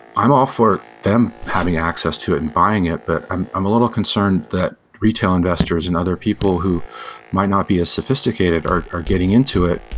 i'm all for them having access to it and buying it, but i'm i'm a little concerned that retail investors and other people who might not be as sophisticated are are getting into it,